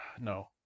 No